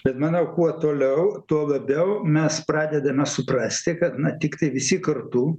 bet manau kuo toliau tuo labiau mes pradedame suprasti kad na tiktai visi kartu